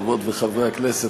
חברות וחברי הכנסת,